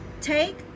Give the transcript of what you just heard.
take